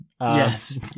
Yes